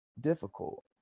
difficult